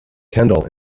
kendal